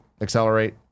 accelerate